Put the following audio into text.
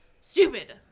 Stupid